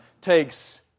takes